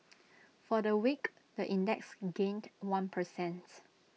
for the week the index gained one per cent